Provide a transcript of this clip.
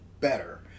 better